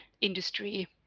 industry